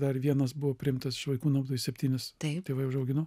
dar vienas priimtas iš vaikų namų tai septynis tėvai užaugino